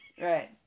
Right